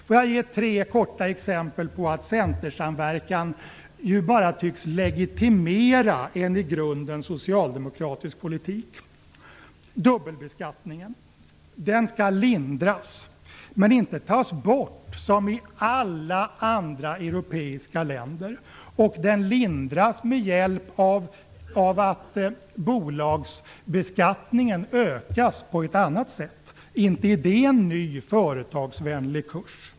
Låt mig ge tre korta exempel på att Centersamverkan bara tycks legitimera en i grunden socialdemokratisk politik. Dubbelbeskattningen skall lindras men inte tas bort, som i alla andra europeiska länder. Den lindras med hjälp av att bolagsbeskattningen ökas på ett annat sätt. Inte är det en ny, företagsvänlig kurs!